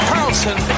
Carlson